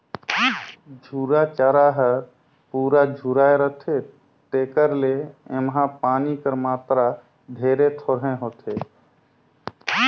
झूरा चारा हर पूरा झुराए रहथे तेकर ले एम्हां पानी कर मातरा ढेरे थोरहें होथे